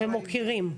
ומוקירים.